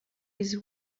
his